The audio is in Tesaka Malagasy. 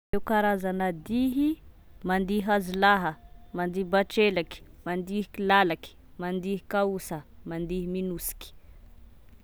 Ireo karazana dihy: mandihy hazolaha, mandihy batrelaky, mandihy kilalaky, mandihy kaosa, mandihy minosiky.